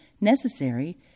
necessary